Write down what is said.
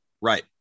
Right